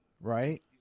Right